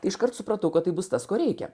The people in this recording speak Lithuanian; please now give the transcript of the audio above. iškart supratau kad tai bus tas ko reikia